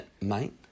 Mate